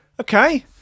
Okay